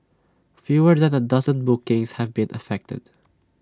fewer than A dozen bookings have been affected